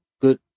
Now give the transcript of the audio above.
good